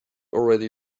already